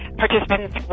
participants